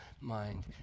mind